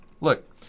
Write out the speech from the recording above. Look